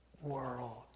world